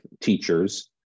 teachers